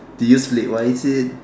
do you sleep wisely